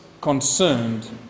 concerned